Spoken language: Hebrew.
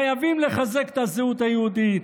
חייבים לחזק את הזהות היהודית.